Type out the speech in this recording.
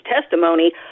testimony